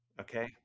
okay